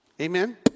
Amen